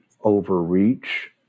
overreach